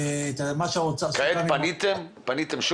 בגין מה שסוכם עם האוצר --- כעת פניתם שוב?